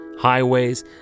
highways